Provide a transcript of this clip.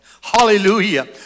Hallelujah